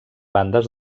bandes